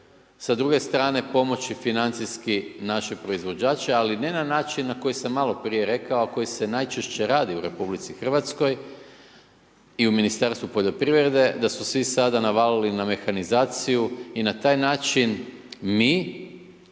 s druge strane pomoći financijski naše proizvođače ali ne na način na koji sam malo prije rekao a koji se najčešće radi u RH i u Ministarstvu poljoprivrede da su svi sada navalili na mehanizaciju i na taj način mi